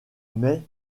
mais